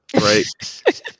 right